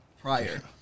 prior